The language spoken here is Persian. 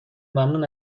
ممنون